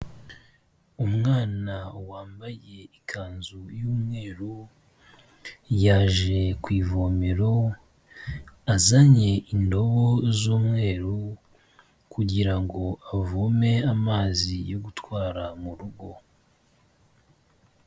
Umwana wambaye ikanzu y'umweru, yaje ku ivomero azanye indobo z'umweru, kugira ngo avome amazi yo gutwara mu rugo.